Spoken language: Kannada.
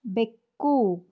ಬೆಕ್ಕು